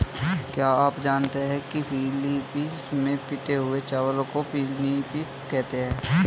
क्या आप जानते हैं कि फिलीपींस में पिटे हुए चावल को पिनिपिग कहते हैं